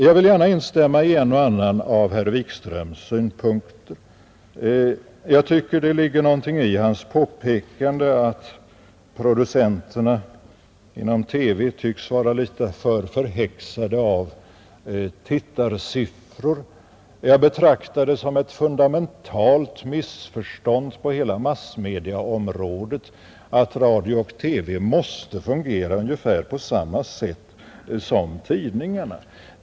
Jag vill gärna instämma i en annan av herr Wikströms synpunkter. Jag tycker det ligger någonting i hans påpekande att producenterna inom TV tycks vara litet för mycket förhäxade av tittarsiffror. Jag betraktar det som ett fundamentalt missförstånd på hela massmediaområdet att radio och TV måste fungera ungefär på samma sätt som tidningarna.